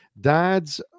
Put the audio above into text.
dad's